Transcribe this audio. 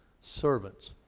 Servants